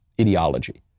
ideology